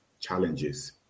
challenges